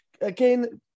again